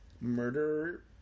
murder